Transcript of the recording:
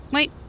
Wait